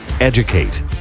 Educate